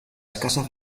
escasa